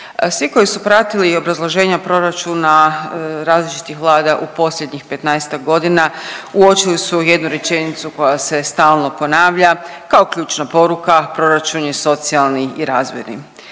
Svi koji su pratili obrazloženja proračuna različitih vlada u posljednjih 15-ak godina uočili su jednu rečenicu koja se stalno ponavlja kao ključna poruka proračun je socijalni i razvojni.